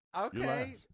okay